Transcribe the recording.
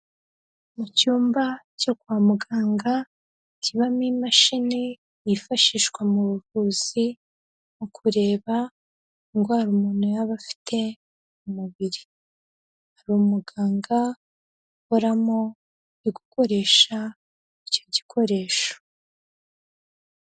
Icyumba cyo kwa muganga kibamo imashini yifashishwa mu buvuzi mu kureba indwara umuntu yaba afite mu mubiri, hari umuganga ukoramo uri gukoresha icyo gikoresho.